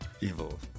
evil